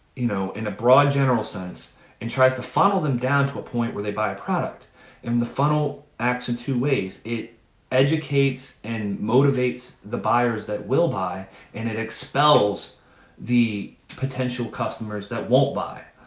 you know in a broad general sense and tries to funnel them down to a point where they buy a product and the funnel acts in two ways it educates and motivates the buyers that will buy and it expels the potential customers that won't buy